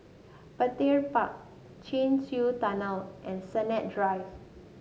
Petir Park Chin Swee Tunnel and Sennett Drive